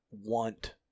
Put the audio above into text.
want